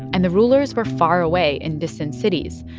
and the rulers were far away in distant cities.